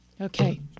okay